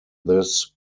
this